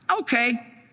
Okay